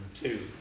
two